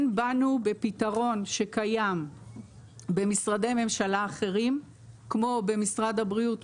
כן באנו בפתרון שקיים במשרדי ממשלה אחרים כמו במשרד הבריאות,